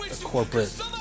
corporate